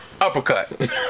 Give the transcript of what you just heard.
uppercut